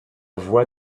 voie